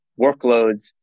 workloads